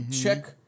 check